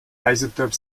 isotope